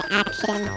action